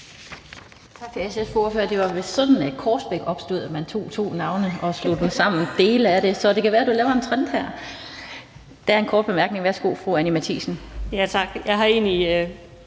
Tak til SF's ordfører. Det var vist sådan, Korsbæk opstod. Man tog to navne og slog dem sammen, altså dele af dem, så det kan være, du laver en trend her. Der er en kort bemærkning. Værsgo, fru Anni Matthiesen. Kl. 15:50 Anni